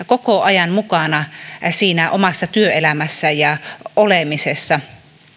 koko ajan mukana siinä omassa työelämässä ja olemisessa